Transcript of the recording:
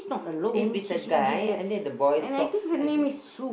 if with a guy under the boy socks I think